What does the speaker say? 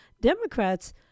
Democrats